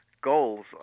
goals